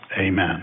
Amen